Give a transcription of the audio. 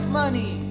money